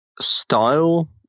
style